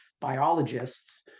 biologists